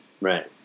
right